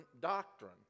doctrine